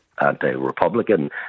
anti-Republican